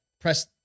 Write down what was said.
press